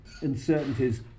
uncertainties